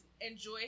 enjoy